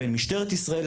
בין משטרת ישראל,